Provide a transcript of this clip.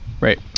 Right